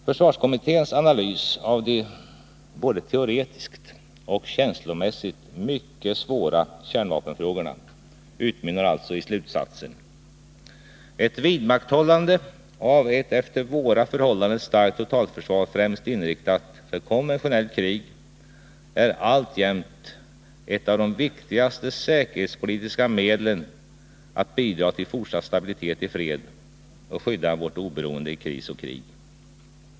Försvarskommitténs analys av de både teoretiskt och känslomässigt mycket svåra kärnvapenfrågorna utmynnar alltså i slutsatsen: ett vidmakthållande av ett efter våra förhållanden starkt totalförsvar främst inriktat för konventionellt krig är alltjämt ett av de viktigaste säkerhetspolitiska medlen att bidra till fortsatt stabilitet i fred och att skydda vårt oberoende i kris och krig.